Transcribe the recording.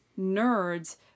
nerds